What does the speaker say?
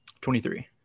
Twenty-three